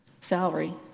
salary